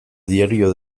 diario